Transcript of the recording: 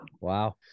Wow